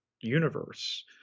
universe